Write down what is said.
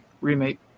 remake